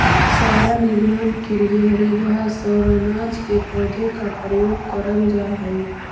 चारा निर्माण के लिए हरी घास और अनाज के पौधों का प्रयोग करल जा हई